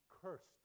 cursed